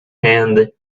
hand